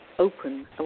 open